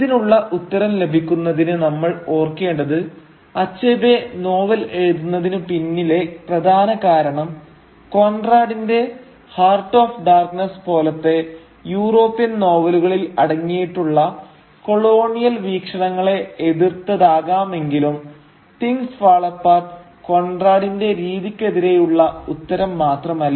ഇതിനുള്ള ഉത്തരം ലഭിക്കുന്നതിന് നമ്മൾ ഓർക്കേണ്ടത് അച്ഛബേ നോവൽ എഴുതുന്നതിനു പിന്നിലെ പ്രധാന കാരണം കോൺറാഡിന്റെ ഹാർട്ട് ഓഫ് ഡാർക്നെസ് പോലത്തെ യൂറോപ്യൻ നോവലുകളിൽ അടങ്ങിയിട്ടുള്ള കൊളോണിയൽ വീക്ഷണങ്ങളെ എതിർത്തതാകാമെങ്കിലും തിങ്സ് ഫാൾ അപ്പാർട്ട് കോൺറാടിന്റെ ഹാർട്ട് ഓഫ് ഡാർക്നെസ്സിനും അത് ആഫ്രിക്കയെ ചിത്രീകരിച്ച രീതിക്കെതിരെയുള്ള ഉത്തരം മാത്രമല്ല